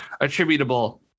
attributable